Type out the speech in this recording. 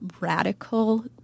radical